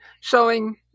showing